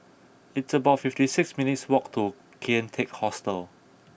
it's about fifty six minutes' walk to Kian Teck Hostel